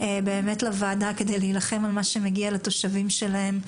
לוועדה כדי להילחם על מה שמגיע לתושבים שלהם,